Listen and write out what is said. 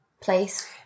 place